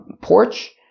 Porch